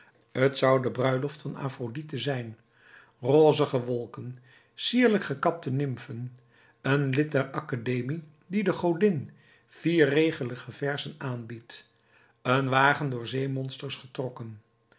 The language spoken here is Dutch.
t zou de bruiloft van amphitrite zijn rozige wolken sierlijk gekapte nimfen een lid der academie die de godin vierregelige verzen aanbiedt een wagen door zeemonsters getrokken